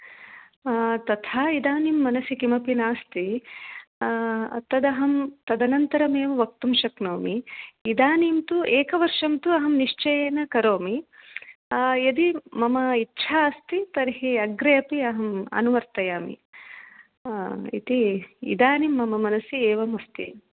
तथा इदानीं मनसि किमपि नास्ति तदहं तदनन्तरमेव वक्तुं शक्नोमि इदानीं तु एकवर्षं तु अहं निश्चयेन करोमि यदि मम इच्छा अस्ति तर्हि अग्रे अपि अहम् अनुवर्तयामि इति इदानीं मम मनसि एवमस्ति